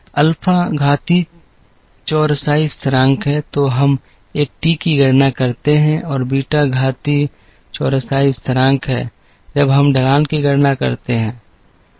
alpha घातीय चौरसाई स्थिरांक है तो हम एक टी की गणना करते हैं और बीटा घातीय चौरसाई स्थिरांक है जब हम ढलान की गणना करते हैं